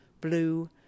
blue